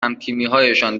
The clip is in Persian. همتیمیهایشان